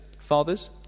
fathers